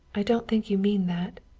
i don't think you mean that.